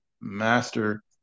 master